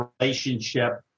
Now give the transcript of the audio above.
relationship